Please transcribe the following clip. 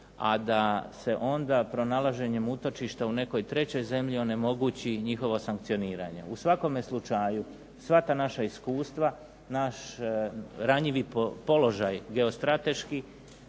a da se onda pronalaženjem utočišta u nekoj trećoj zemlji onemogući njihovo sankcioniranje. U svakome slučaju svaka naša iskustva, naš ranjivi položaj geostrateški,